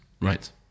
right